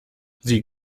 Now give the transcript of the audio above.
sie